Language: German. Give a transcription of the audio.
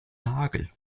nagel